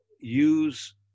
use